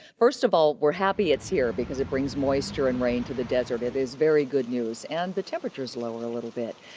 first of all, we're happy it's here, because it brings moisture and rain to the desert. it is very good news, and the temperatures lower a little bit.